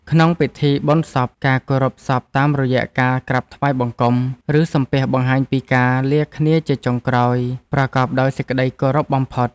ក្នុងពិធីបុណ្យសព ការគោរពសពតាមរយៈការក្រាបថ្វាយបង្គំ ឬសំពះបង្ហាញពីការលាគ្នាជាចុងក្រោយប្រកបដោយសេចក្តីគោរពបំផុត។